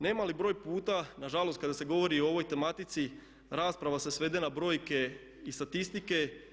Nemali broj puta, nažalost, kada se govori o ovoj tematici rasprava se svede na brojke i statistike.